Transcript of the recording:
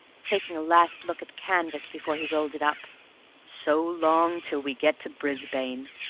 taking a last look at the canvas before he rolled it up so long till we get to brisbane.